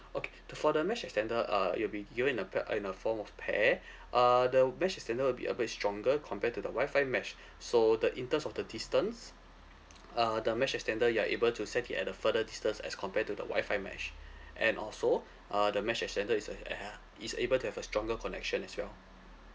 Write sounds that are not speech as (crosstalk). okay t~ for the mesh extender uh it'll be given in a pla~ uh in a form of pair uh the mesh extender will be a bit stronger compared to the wi-fi mesh so the in terms of the distance uh the mesh extender you are able to set it at the further distance as compare to the wi-fi mesh and also uh the mesh extender is (noise) is able to have a stronger connection as well